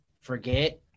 forget